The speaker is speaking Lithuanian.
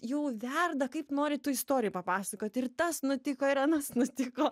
jau verda kaip nori tų istorijų papasakot ir tas nutiko ir anas nutiko